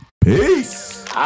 peace